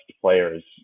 players